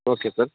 okay sir